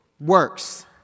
works